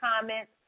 comments